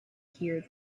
hear